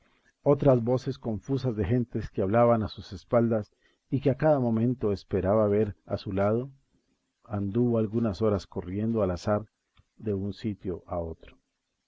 otras voces confusas de gentes que hablaban a sus espaldas y que a cada momento esperaba ver a su lado anduvo algunas horas corriendo al azar de un sitio a otro